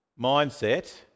mindset